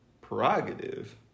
prerogative